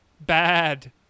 bad